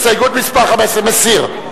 הסתייגות מס' 15. להסיר.